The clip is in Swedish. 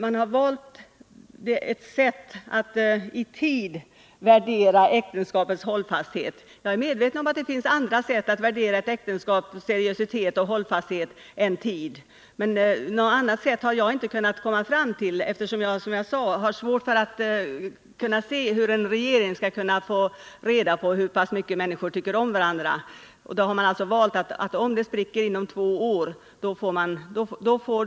Man har valt ett sätt att i tid värdera äktenskaps hållbarhet. Jag är medveten om att det kan finnas andra sätt än varaktigheten när det gäller att värdera om ett äktenskap är seriöst och hållfast. Men något annat sätt har jag inte kunnat komma fram till, eftersom jag, som jag sade, har svårt att se hur en regering skall kunna få reda på hur pass mycket människor tycker om varandra. Här har man valt tvåårsgränsen.